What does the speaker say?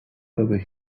over